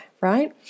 right